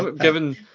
Given